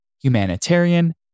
humanitarian